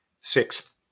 sixth